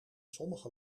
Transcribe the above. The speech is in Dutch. sommige